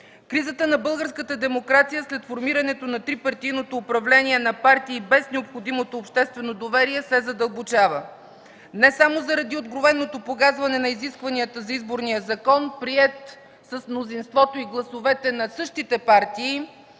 Кризата на българската демокрация след формирането на трипартийното управление на партии без необходимото обществено доверие се задълбочава – не само заради откровеното погазване на изискванията на изборния закон, приет с мнозинството и гласовете на същите партии,